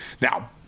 Now